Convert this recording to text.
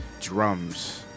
Drums